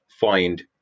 find